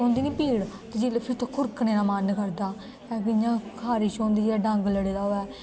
होंदी नी पीड़ जिसलो ते उसी खुरकने दा मन करदा कियां खारिश होंदी जित्थे डंग लडै़ दा होऐ